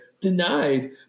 denied